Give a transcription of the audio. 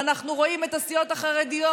ואנחנו רואים את הסיעות החרדיות,